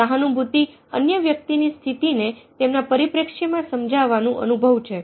સહાનુભૂતિ અન્ય વ્યક્તિની સ્થિતિ ને તેમના પરિપ્રેક્ષ્યમાં સમજવાનો અનુભવ છે